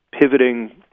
pivoting